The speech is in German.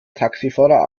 taxifahrer